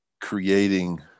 creating